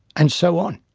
and so on.